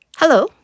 Hello